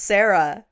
Sarah